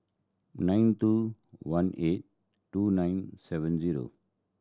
nine two one eight two nine seven zero